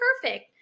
perfect